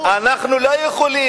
אנחנו לא יכולים,